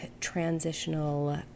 transitional